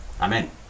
Amen